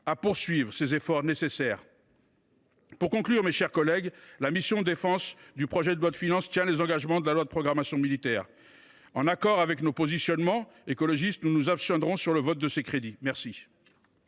à poursuivre ces efforts nécessaires ! Mes chers collègues, pour conclure, la mission « Défense » du projet de loi de finances tient les engagements de la loi de programmation militaire. En cohérence avec nos positionnements écologistes, nous nous abstiendrons sur le vote de ces crédits. La